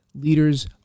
leaders